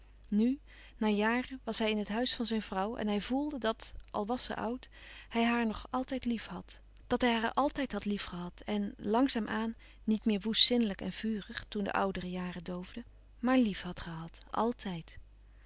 nu na jaren was hij in het huis van zijn vrouw en hij voelde dat al was ze oud hij haar nog altijd lief had dat hij haar altijd had liefgehad en langzaam aan niet meer woest zinnelijk en vurig toen de oudere jaren doofden maar lief had gehad